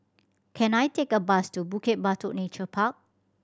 can I take a bus to Bukit Batok Nature Park